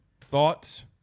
Thoughts